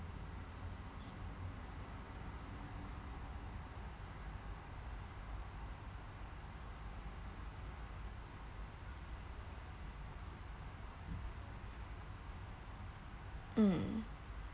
um